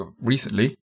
recently